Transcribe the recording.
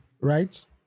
right